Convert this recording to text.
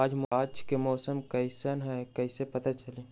आज के मौसम कईसन हैं कईसे पता चली?